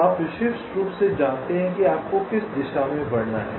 तो आप विशिष्ट रूप से जानते हैं कि आपको किस दिशा में बढ़ना है